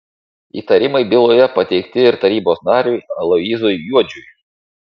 įtarimai byloje pateikti ir tarybos nariui aloyzui juodžiui